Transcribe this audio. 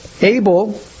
Abel